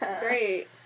Great